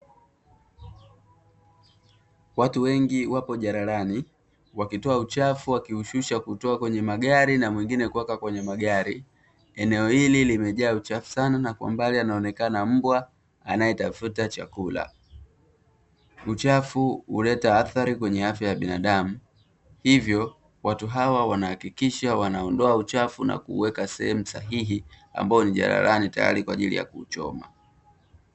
Watu wengi wapo jalalani wakitoa uchafu wakiushusha kutoka kwenye magari na mwingine kuweka kwenye magari, eneo hili limejaa uchafu sana na kwa mbali anaonekana mbwa anayetafuta chakula. Uchafu huleta athari kwenye afya ya binadamu hivyo watu hawa wanahakikisha wanaondoa uchafu na kuuweka sehemu sahihi ambao ni jalalani tayari kwa ajili ya kuuchoma.